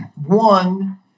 One